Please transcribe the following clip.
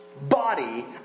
body